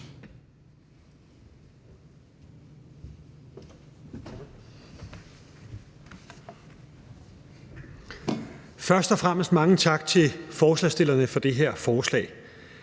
Først og fremmest mange tak til forslagsstillerne for det her forslag.